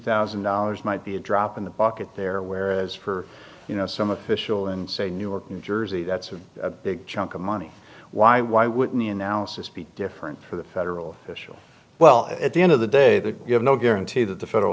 thousand dollars might be a drop in the bucket there whereas for you know some official in say new york new jersey that's a big chunk of money why why wouldn't the analysis be different for the federal official well at the end of the day that you have no guarantee that the federal